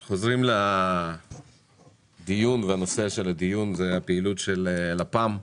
אנחנו חוזרים לנושא הדיון: הפעילות של לפ"מ.